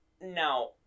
now